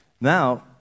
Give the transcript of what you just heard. Now